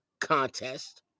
contest